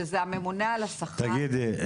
שהוא הממונה על השכר --- תגידי,